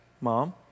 mom